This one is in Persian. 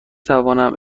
توانم